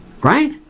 Right